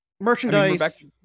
Merchandise